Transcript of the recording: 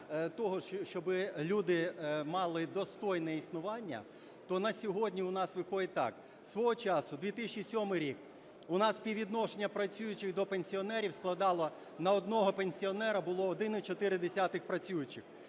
того, щоб люди мали достойне існування, то на сьогодні у нас виходить так: свого часу, 2007 рік, у нас співвідношення працюючих до пенсіонерів складало: на одного пенсіонера було 1,4 працюючих,